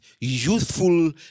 youthful